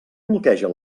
bloqueja